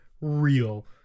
real